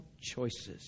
choices